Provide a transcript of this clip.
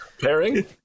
pairing